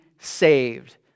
saved